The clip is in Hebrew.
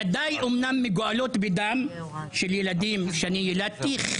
ידיי אומנם מגואלות בדם אבל של ילדים שאני יילדתי.